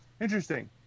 Interesting